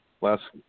last